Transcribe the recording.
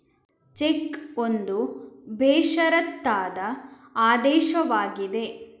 check ಒಂದು ಬೇಷರತ್ತಾದ ಆದೇಶವಾಗಿದೆ